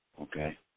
okay